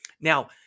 Now